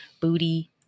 booty